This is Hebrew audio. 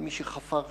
כל מי שחפר שם,